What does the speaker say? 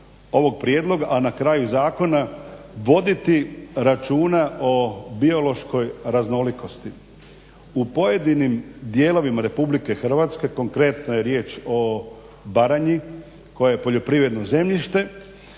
a na kraju i zakona voditi računa o biološkoj raznolikosti. U pojedinim dijelovima RH konkretno je riječ o Baranji koja je poljoprivredno zemljište,